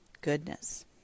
goodness